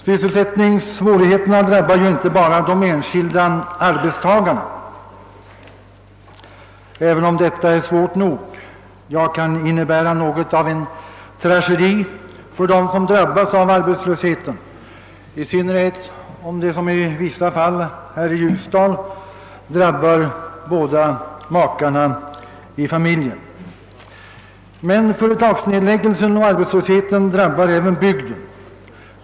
Sysselsättningssvårigheterna drabbar ju inte bara de enskilda arbetstagarna, vilket dock är svårt nog — ja, det kan innebära något av en tragedi för dem som drabbas av arbetslöshet, i synnerhet när, såsom i vissa fall skett här i Ljusdal, detta hänt två makar. Men företagsnedläggningen och arbetslösheten drabbar även bygden.